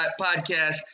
Podcast